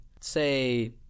say